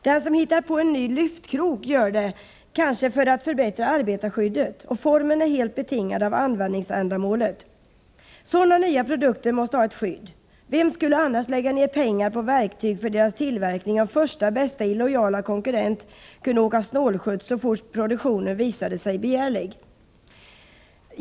Den som hittar på en ny lyftkrok gör det kanske för att förbättra arbetarskyddet, och formen är helt betingad av användningsändamålet. Sådana nya produkter måste ha ett skydd. Vem skulle annars lägga ned pengar på verktyg som behövs för produktens tillverkning, om första bästa illojala konkurrent kunde åka snålskjuts, så fort produkten visade sig begärlig?